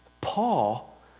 Paul